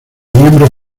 miembros